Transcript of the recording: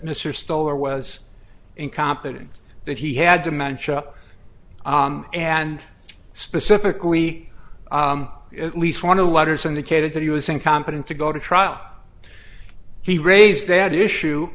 mr stoller was incompetent that he had dementia and specifically at least one of the letters indicated that he was incompetent to go to trial he raised that issue